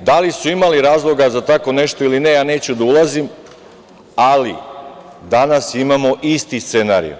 Sada da li su imali razloga za tako nešto ili ne, neću da ulazim, ali danas imamo isti scenario